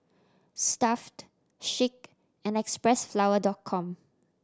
Stuff'd Schick and Xpressflower Dot Com